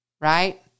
right